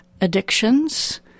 addictions